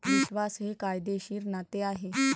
विश्वास हे कायदेशीर नाते आहे